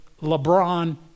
LeBron